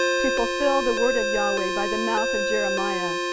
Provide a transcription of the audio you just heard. to fulfill the word of yahweh by the mouth of jeremiah,